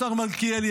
השר מלכיאלי,